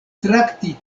trakti